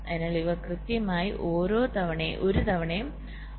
അതിനാൽ ഇവ കൃത്യമായി ഒരു തവണയും അതുല്യമായും ദൃശ്യമാകും